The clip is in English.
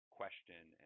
question